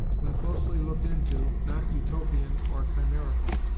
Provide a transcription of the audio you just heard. when closely looked into, not utopian or chimerical,